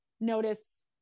notice